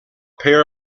pair